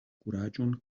kuraĝon